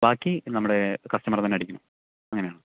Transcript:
ബാക്കി നമ്മുടെ കസ്റ്റമർ തന്നെ അടിക്കണം അങ്ങനെയാണ്